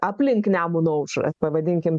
aplink nemuno aušrą pavadinkim